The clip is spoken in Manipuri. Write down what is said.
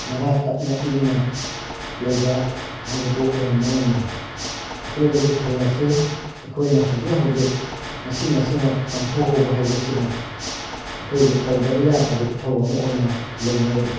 ꯃꯔꯥ ꯇꯞꯅ ꯏꯪꯅ ꯂꯩꯕ ꯍꯥꯏꯕꯗꯨ ꯑꯣꯏꯍꯟꯕ ꯉꯝꯃꯤ ꯑꯀꯣꯏꯕꯒꯤ ꯈꯜ ꯑꯁꯤ ꯑꯩꯈꯣꯏꯅ ꯍꯧꯖꯤꯛ ꯍꯧꯖꯤꯛ ꯉꯁꯤ ꯉꯁꯤꯃꯛ ꯄꯥꯡꯊꯣꯛꯍꯧꯕ ꯍꯥꯏꯕꯁꯤꯅ ꯑꯩꯈꯣꯏꯒꯤ ꯇꯧꯗ꯭ꯔꯥꯕ ꯌꯥꯗ꯭ꯔꯥꯕ ꯏꯊꯧ ꯑꯃ ꯑꯣꯏꯅ ꯂꯩꯅꯔꯤ